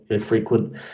frequent